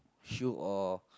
shoe or